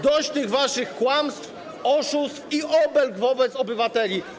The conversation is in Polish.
Dość tych waszych kłamstw, oszustw i obelg wobec obywateli.